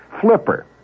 Flipper